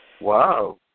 Wow